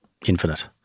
infinite